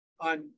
on